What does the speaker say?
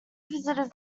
visitors